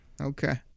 Okay